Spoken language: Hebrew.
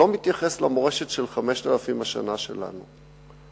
לא מתייחס למורשת של 5,000 השנה שלנו.